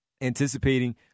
anticipating